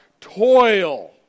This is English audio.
toil